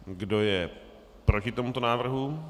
Kdo je proti tomuto návrhu?